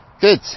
Good